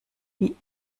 wie